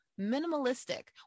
minimalistic